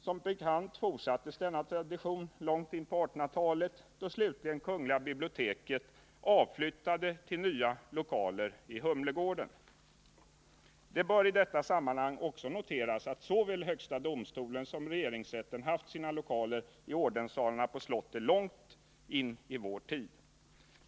Som bekant fortsattes denna tradition långt in på 1800-talet, då slutligen kungl. biblioteket avflyttade till nya lokaler i Humlegården. Det bör i detta sammanhang också noteras att såväl högsta domstolen som regeringsrätten haft sina lokaler i ordenssalarna på slottet långt in i vår tid.